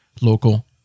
local